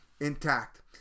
intact